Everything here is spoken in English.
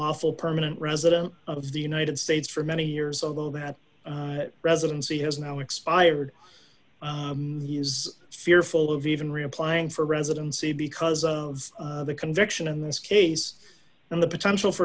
lawful permanent resident of the united states for many years of that residency has now expired he is fearful of even reapplying for residency because of the conviction in this case and the potential for